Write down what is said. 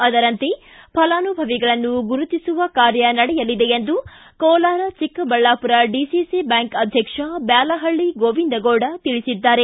ಅದರಂತೆ ಫಲಾನುಭವಿಗಳನ್ನು ಗುರುತಿಸುವ ಕಾರ್ಯ ನಡೆಯಲಿದೆ ಎಂದು ಕೋಲಾರ ಚಿಕ್ಕಬಳ್ಳಾಪುರ ಡಿಸಿಸಿ ಬ್ಯಾಂಕ್ ಅಧ್ವಕ್ಷ ಬ್ಯಾಲಹಳ್ಳ ಗೋವಿಂದಗೌಡ ತಿಳಿಸಿದ್ದಾರೆ